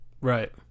right